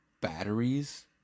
batteries